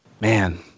Man